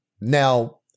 Now